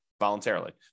voluntarily